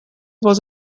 was